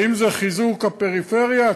האם זה חיזוק הפריפריה?